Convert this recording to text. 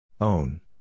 Own